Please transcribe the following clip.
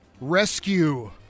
rescue